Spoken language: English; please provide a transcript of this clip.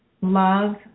love